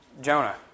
Jonah